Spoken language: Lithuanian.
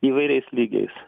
įvairiais lygiais